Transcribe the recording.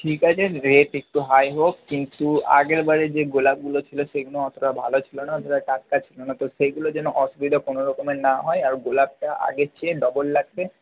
ঠিক আছে রেট একটু হাই হোক কিন্তু আগেরবারে যে গোলাপগুলো ছিল সেগুনো অতটা ভালো ছিলনা সেটা টাটকা ছিল না সেগুনো যেন অসুবিধা কোন রকমের না হয় আর গোলাপটা আগের চেয়ে ডবল লাগবে